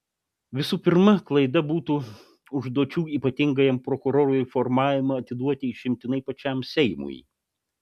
visų pirma klaida būtų užduočių ypatingajam prokurorui formavimą atiduoti išimtinai pačiam seimui